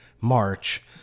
March